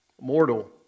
Mortal